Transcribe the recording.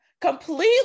Completely